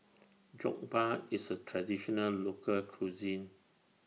Jokbal IS A Traditional Local Cuisine